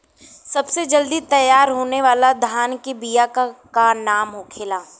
सबसे जल्दी तैयार होने वाला धान के बिया का का नाम होखेला?